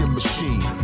machine